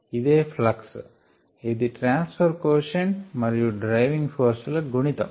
ఇదే ఫ్లక్స్ ఇది transfer quotient మరియు డ్రైవింగ్ ఫోర్స్ ల గుణితం